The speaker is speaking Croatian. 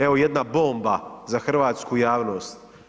Evo jedna bomba za hrvatsku javnost.